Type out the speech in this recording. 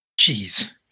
Jeez